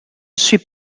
suis